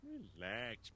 Relax